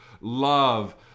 love